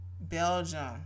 Belgium